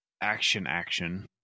action-action